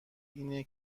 اینه